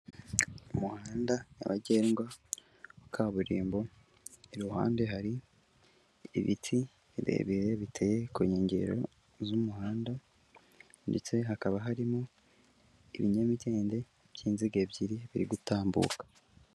Umuhanda nyabagendwa wa kaburimbo iruhande hari ibiti birebire biteye ku nkengero z'umuhanda ndetse hakaba harimo ibinyamitende by'inzige ebyiri biri gutambuka.